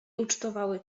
ucztowały